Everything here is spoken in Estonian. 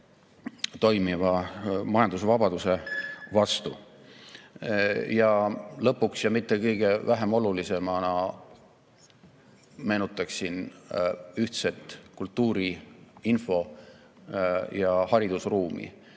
toimiva majandusvabaduse vastu. Lõpuks, ja mitte sugugi vähem olulisena, meenutaksin ühtset kultuuri-, info- ja haridusruumi.